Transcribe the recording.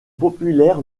populaire